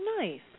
nice